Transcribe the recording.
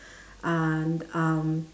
and um